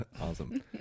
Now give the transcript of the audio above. Awesome